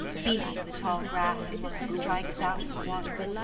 beating the tall grass as one strikes out in the water.